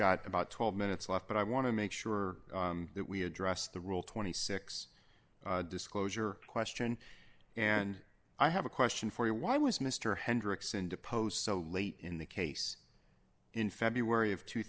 got about twelve minutes left but i want to make sure we address the rule twenty six disclosure question and i have a question for you why was mr hendrickson deposed so late in the case in february of two